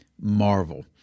marvel